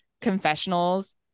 confessionals